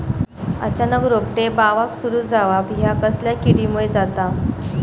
अचानक रोपटे बावाक सुरू जवाप हया कसल्या किडीमुळे जाता?